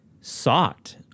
sought